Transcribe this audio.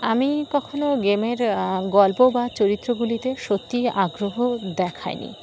আমি কখনও গেমের গল্প বা চরিত্রগুলিতে সত্যিই আগ্রহ দেখাইনি